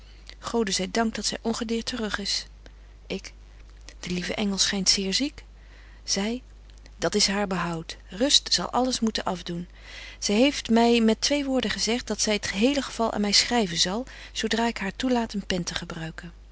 gode zy dank dat zy ongedeert te rug is ik de lieve engel schynt zeer ziek zy dat is haar behoud rust zal alles moeten afdoen zy heeft my met twee woorden gezegt dat zy t hele geval aan my schryven zal zo dra ik haar toelaat een pen te gebruiken